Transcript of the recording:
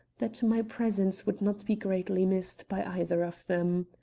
that my presence would not be greatly missed by either of them.